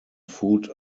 food